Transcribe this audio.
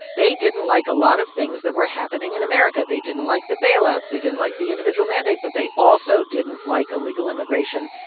they didn't like a lot of things that were happening in america. they didn't like the bailouts. they didn't like the individual mandate. but they also didn't like illegal immigration,